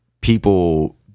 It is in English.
People